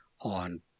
on